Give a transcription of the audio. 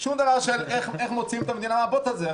שום דבר של איך מוציאים את המדינה מהבוץ הזה.